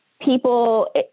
people